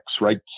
right